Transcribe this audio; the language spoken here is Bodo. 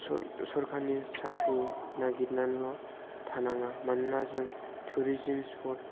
सरखारनि साख्रि नागिरनानैल' थानाङा मानोना जों टुरिजोम स्प'ट